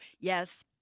yes